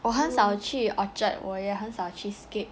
我很少去 orchard 我也很少去 scape